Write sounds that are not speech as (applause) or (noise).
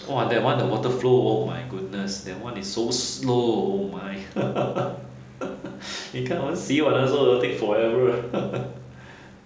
!wah! that [one] the water flow oh my goodness that [one] is so slow oh my (laughs) 你看我们洗碗的时候 will take forever uh (laughs)